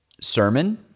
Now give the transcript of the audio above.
sermon